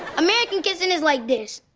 american kissing is like this.